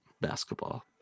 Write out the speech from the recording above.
basketball